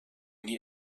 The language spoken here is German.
nie